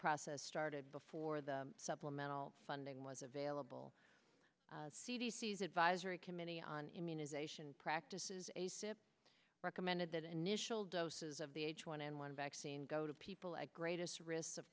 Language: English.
process started before the supplemental funding was available c d c s advisory committee on immunization practices a sip recommended that initial doses of the h one n one vaccine go to people at greatest risk of